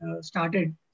started